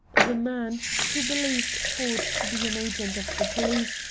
the man, who believed ford to be an agent of the police,